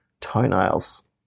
toenails